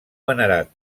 venerat